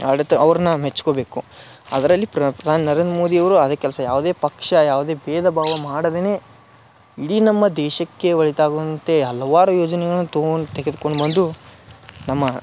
ಆಡಳಿತ ಅವ್ರನ್ನ ಮೆಚ್ಕೊಬೇಕು ಅದರಲ್ಲಿ ಪ್ರಾನ್ ನರೇಂದ್ರ ಮೋದಿಯವರು ಅದೇ ಕೆಲಸ ಯಾವುದೇ ಪಕ್ಷ ಯಾವುದೇ ಬೇಧ ಭಾವ ಮಾಡದೇನೆ ಇಡೀ ನಮ್ಮ ದೇಶಕ್ಕೆ ಒಳಿತಾಗುವಂತೆ ಹಲವಾರು ಯೋಜನೆಗಳನ್ನ ತೊಗೊಂಡು ತೆಗೆದ್ಕೊಂಡು ಬಂದು ನಮ್ಮ